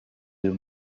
deux